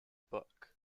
book